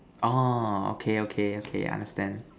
orh okay okay okay understand